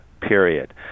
period